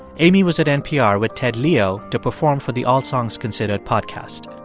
aimee was at npr with ted leo to perform for the all songs considered podcast